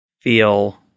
feel